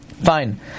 Fine